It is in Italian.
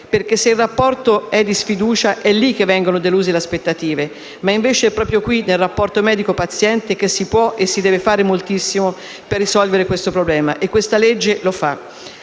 cura; se il rapporto è di sfiducia è lì che vengono deluse le aspettative. Ma è, invece, proprio qui, nel rapporto medico-paziente, che si può e si deve fare moltissimo per risolvere questo problema e questa legge lo fa.